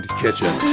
kitchen